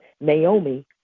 Naomi